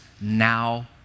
Now